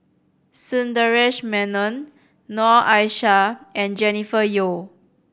Sundaresh Menon Noor Aishah and Jennifer Yeo